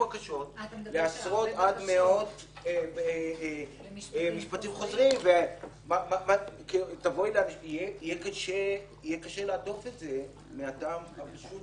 בקשות מעשרות עד מאות למשפטים חוזרים ויהיה קשה להדוף את זה מהטעם הפשוט